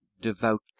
devout